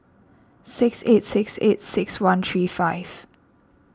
six eight six eight six one three five